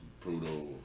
brutal